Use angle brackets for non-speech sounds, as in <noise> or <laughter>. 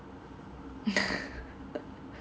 <laughs>